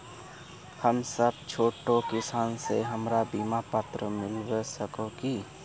हम सब छोटो किसान है हमरा बिमा पात्र मिलबे सके है की?